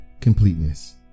completeness